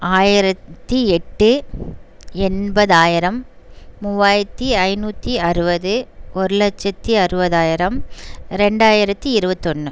ஆயிரத்தி எட்டு எண்பதாயிரம் மூவாயிரத்தி ஐநூற்றி அறுபது ஒரு லட்சத்தி அறுபதாயிரம் ரெண்டாயிரத்தி இருபத்தொன்னு